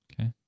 Okay